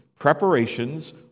Preparations